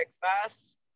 breakfast